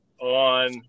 on